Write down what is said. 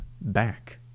back